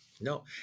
No